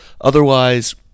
Otherwise